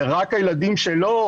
ורק הילדים שלו,